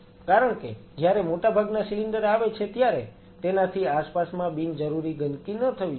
કારણ કે જયારે મોટાભાગના સિલિન્ડર આવે છે ત્યારે તેનાથી આસપાસમાં બિનજરૂરી ગંદકી ન થવી જોઈએ